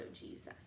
Jesus